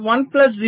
1 plus 0